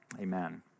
amen